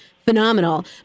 Phenomenal